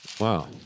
Wow